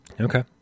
Okay